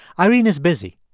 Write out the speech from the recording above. irene is busy.